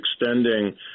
extending